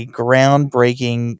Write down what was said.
groundbreaking